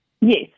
Yes